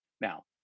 Now